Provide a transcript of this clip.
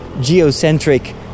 geocentric